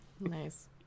Nice